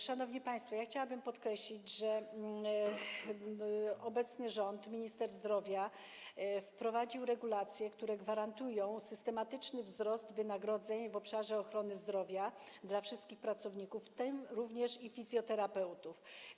Szanowni państwo, chciałabym podkreślić, że obecny rząd, minister zdrowia wprowadził regulacje, które gwarantują systematyczny wzrost wynagrodzeń w obszarze ochrony zdrowia dla wszystkich pracowników, w tym również fizjoterapeutów.